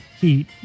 heat